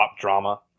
drama